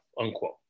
unquote